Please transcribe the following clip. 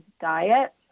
diet